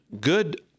good